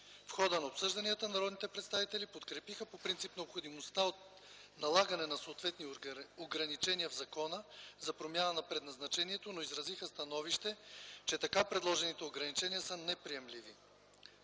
В хода на обсъжданията народните представители подкрепиха по принцип необходимостта от налагане на съответни ограничения в закона за промяна на предназначението, но изразиха становище, че така предложените ограничения са неприемливи.